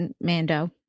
Mando